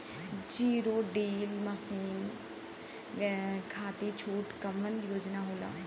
Zero till machine खाती छूट के कवन योजना होला?